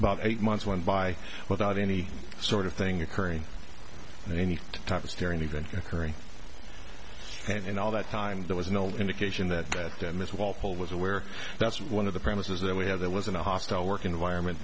about eight months went by without any sort of thing occurring and any type of steering even kerry and all that time there was no indication that this walpole was aware that's one of the premises that we had there wasn't a hostile work environment